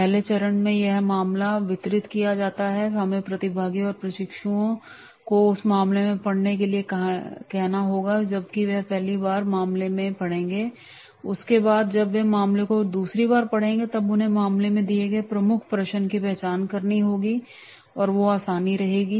पहले चरण में वह मामला वितरित किया जाता है हमें प्रतिभागी और प्रशिक्षुओं को उस मामले को पढ़ने के लिए कहना होगा जब वे पहली बार मामले को पढ़ेंगे और उसके बाद जब वे मामले को दूसरी बार पढ़ेंगे तब उन्हें मामले में दिए गए प्रमुख प्रश्न की पहचान करने में आसानी होगी